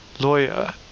lawyer